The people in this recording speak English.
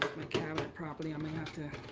cabinet properly. i may have to